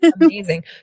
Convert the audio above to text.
amazing